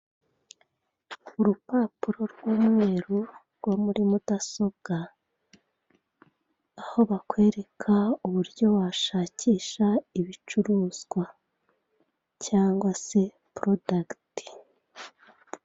Urupapuro rw'umweru rwo muri mudasobwa, aho bakwereka uburyo washakisha ibicururizwa cyangwa se porodagiti.